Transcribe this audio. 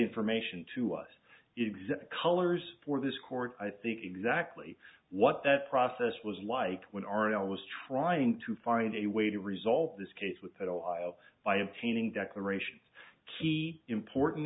information to us exact colors for this court i think exactly what that process was like when arielle was trying to find a way to resolve this case without ohio by obtaining declarations key important